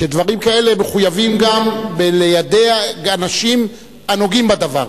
שבדברים כאלה מחויבים גם ליידע אנשים הנוגעים בדבר.